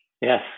yes